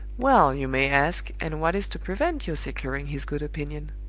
well, you may ask, and what is to prevent your securing his good opinion?